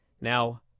Now